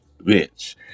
Bitch